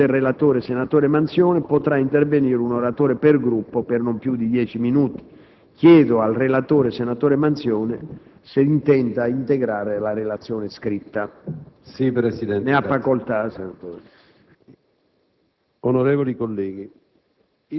Avverto che, dopo l'eventuale intervento del relatore, senatore Manzione, potrà intervenire un oratore per Gruppo per non più di dieci minuti. Chiedo al relatore, senatore Manzione, se intende integrare la relazione scritta.